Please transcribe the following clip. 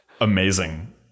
Amazing